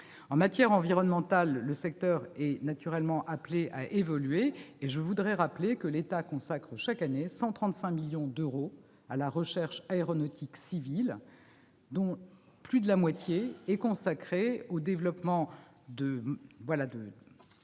En matière environnementale, le secteur est appelé à évoluer. Je rappelle que l'État consacre chaque année 135 millions d'euros à la recherche aéronautique civile, dont plus de la moitié au développement de